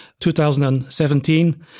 2017